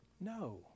No